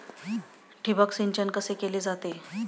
ठिबक सिंचन कसे केले जाते?